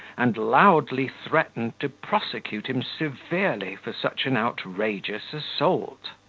and loudly threatened to prosecute him severely for such an outrageous assault.